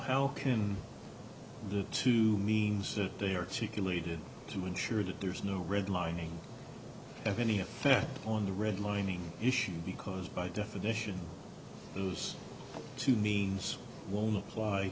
how can the two means that they are she can lead to ensure that there's no red lining of any effect on the red lining issue because by definition those two needs won't apply